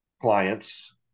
clients